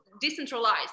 decentralized